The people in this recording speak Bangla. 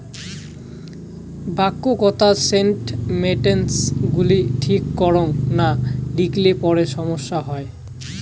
ব্যাঙ্ককোত স্টেটমেন্টস গুলি ঠিক করাং না লিখিলে পরে সমস্যা হই